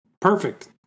Perfect